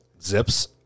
Zips